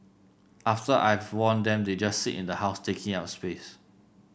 after I've worn them they just sit in the house taking up space